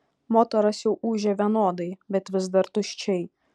motoras jau ūžė vienodai bet vis dar tuščiai